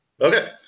Okay